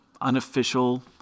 unofficial